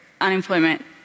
unemployment